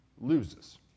loses